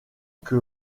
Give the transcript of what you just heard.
que